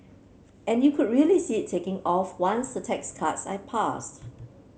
and you could really see it taking off once a tax cuts are passed